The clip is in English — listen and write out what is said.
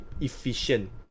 efficient